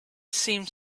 seemed